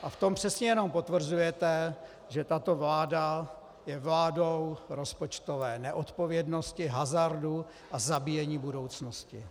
A v tom přesně jen potvrzujete, že tato vláda je vládou rozpočtové neodpovědnosti, hazardu a zabíjení budoucnosti.